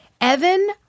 Evan